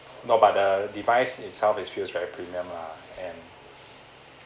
no but the device itself is feels very premium lah and